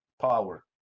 power